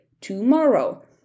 tomorrow